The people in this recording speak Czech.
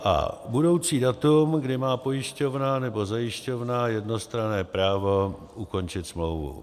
a) budoucí datum, kdy má pojišťovna nebo zajišťovna jednostranné právo ukončit smlouvu;